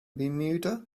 bermuda